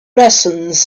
lessons